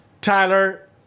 Tyler